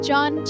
John